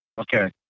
Okay